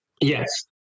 Yes